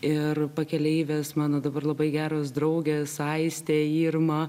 ir pakeleivės mano dabar labai geros draugės aistė irma